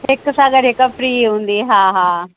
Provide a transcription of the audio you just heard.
हिकु सां गॾु हिकु फ़्री हूंदी हा हा